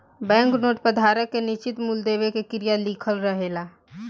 bank note पर धारक के निश्चित मूल देवे के क्रिया लिखल रहेला